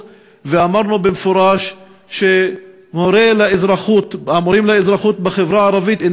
ואמרנו במפורש שהמורים לאזרחות בחברה הערבית פשוט